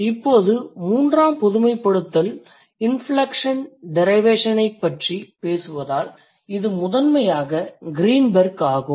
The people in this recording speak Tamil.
இப்போது மூன்றாம் பொதுமைப்படுத்தல் இன்ஃப்லெக்ஷன் டிரைவேஷன்ஐப் பற்றி பேசுவதால் இது முதன்மையாக க்ரீன்பெர்க் ஆகும்